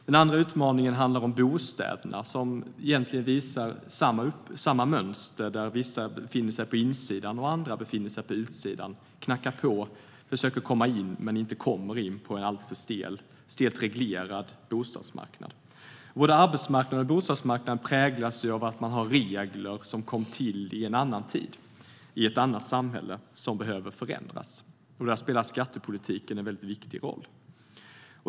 Den andra utmaningen handlar om bostäder, som uppvisar samma mönster. Vissa befinner sig på insidan medan andra befinner sig på utsidan och knackar på och försöker komma in. De kommer dock inte in på grund av en alltför stelt reglerad bostadsmarknad. Både arbetsmarknaden och bostadsmarknaden präglas av regler som kom till i en annan tid och i ett annat samhälle. De behöver förändras, och där spelar skattepolitiken en viktig roll.